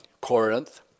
Corinth